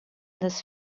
this